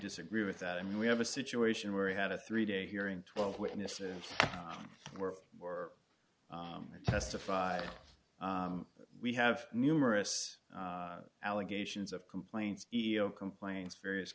disagree with that i mean we have a situation where we had a three day hearing twelve witnesses were or i testified we have numerous allegations of complaints iau complaints various